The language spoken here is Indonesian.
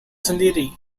sendiri